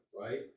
right